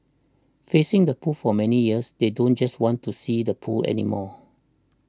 facing the pool for many years they do just want to see the pool anymore